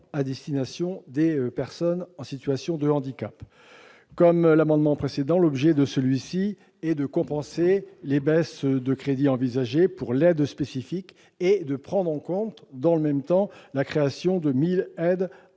d'emploi des personnes en situation de handicap. Comme le précédent, le présent amendement vise à compenser les baisses de crédits envisagées pour l'aide spécifique et à prendre en compte, dans le même temps, la création de 1 000 aides